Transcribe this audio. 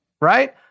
Right